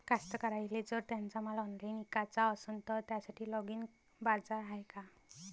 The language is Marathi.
कास्तकाराइले जर त्यांचा माल ऑनलाइन इकाचा असन तर त्यासाठी ऑनलाइन बाजार हाय का?